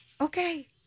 Okay